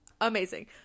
amazing